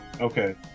Okay